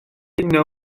uno